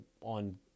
on